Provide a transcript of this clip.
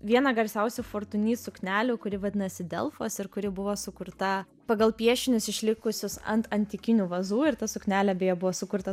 vieną garsiausių fortuni suknelių kuri vadinasi delfas ir kuri buvo sukurta pagal piešinius išlikusius ant antikinių vazų ir ta suknelė beje buvo sukurta